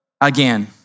again